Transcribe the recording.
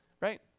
Right